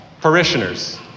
parishioners